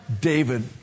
David